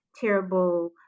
terrible